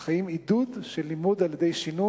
אך האם עידוד של לימוד על-ידי שינון